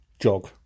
jog